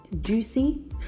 Juicy